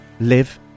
live